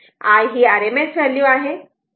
I ही RMS value आहे